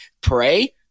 pray